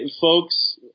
folks